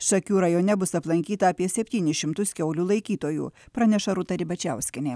šakių rajone bus aplankyta apie septynis šimtus kiaulių laikytojų praneša rūta ribačiauskienė